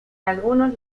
algunos